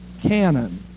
canon